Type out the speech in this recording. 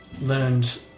learned